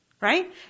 Right